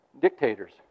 dictators